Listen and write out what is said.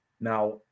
Now